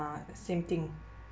uh same thing